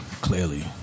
Clearly